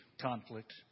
conflict